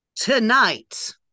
tonight